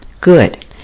good